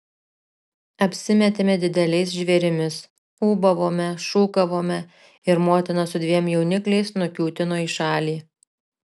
apsimetėme dideliais žvėrimis ūbavome šūkavome ir motina su dviem jaunikliais nukiūtino į šalį